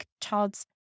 child's